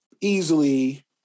easily